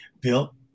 Bill